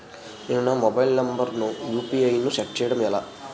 నేను నా mobile number కుయు.పి.ఐ ను సెట్ చేయడం ఎలా?